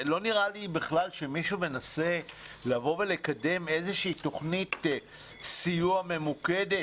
לא נראה לי בכלל שמישהו מנסה לקדם איזה שהיא תוכנית סיוע ממוקדת,